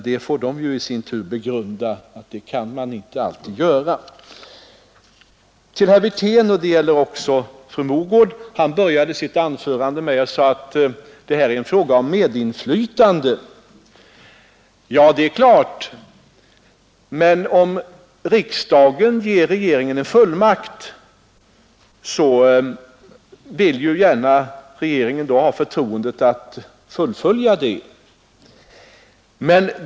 De får i sin tur begrunda, att man inte alltid kan göra det. Herr Wirtén började sitt anförande med att säga att det här är en fråga om medinflytande. Ja, det är klart, men om riksdagen ger regeringen en fullmakt, vill regeringen gärna ha förtroendet att fullfölja uppdraget.